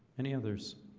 any others